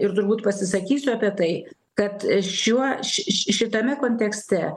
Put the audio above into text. ir turbūt pasisakysiu apie tai kad šiuo ši šitame kontekste